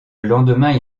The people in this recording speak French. lendemain